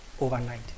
overnight